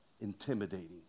Intimidating